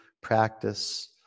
Practice